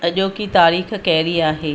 अॼोकी तारीख़ कहिड़ी आहे